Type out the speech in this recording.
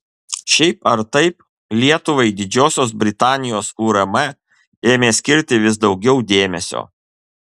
šiaip ar taip lietuvai didžiosios britanijos urm ėmė skirti vis daugiau dėmesio